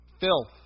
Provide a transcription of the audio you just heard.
filth